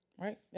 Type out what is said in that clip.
Right